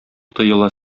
тоела